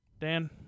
Dan